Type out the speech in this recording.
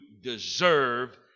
deserve